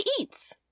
eats